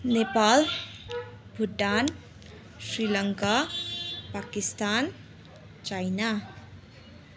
Nepal Bhutan Sri Lanka Pakistan China